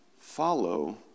follow